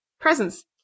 Presents